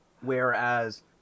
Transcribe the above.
Whereas